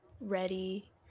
ready